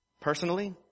Personally